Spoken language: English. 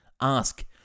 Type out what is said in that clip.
Ask